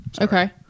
Okay